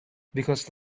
because